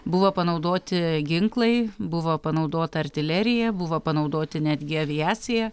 buvo panaudoti ginklai buvo panaudota artilerija buvo panaudoti netgi aviacija